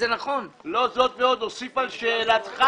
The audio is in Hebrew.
לא זאת ועוד, אוסיף על שאלתך,